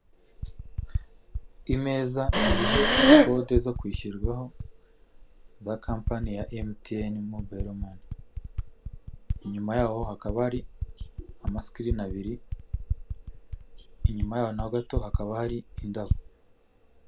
Imeza iriho kode zo kwishyirwaho za kampani ya MTN mobile money. Inyuma yaho hakaba hari amasikirini abiri, inyuma yaho naho gato hakaba hari indabo.